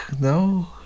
no